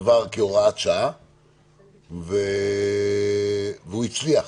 עבר כהוראת שעה והוא הצליח.